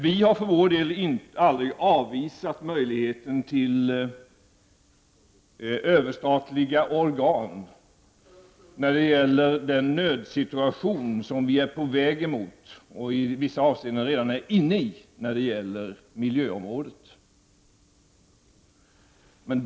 Vi har för vår del aldrig avvisat möjligheten till överstatliga organ när det gäller den nödsitution som vi är på väg emot och i vissa avseenden redan är inne i på miljöområdet.